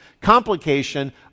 complication